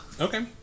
Okay